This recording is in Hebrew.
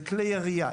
זה כלי ירייה,